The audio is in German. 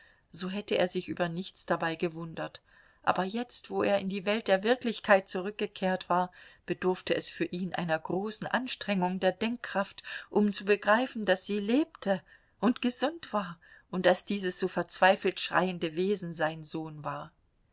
so hätte er sich über nichts dabei gewundert aber jetzt wo er in die welt der wirklichkeit zurückgekehrt war bedurfte es für ihn einer großen anstrengung der denkkraft um zu begreifen daß sie lebte und gesund war und daß dieses so verzweifelt schreiende wesen sein sohn war